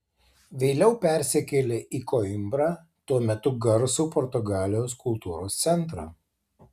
vėliau persikėlė į koimbrą tuo metu garsų portugalijos kultūros centrą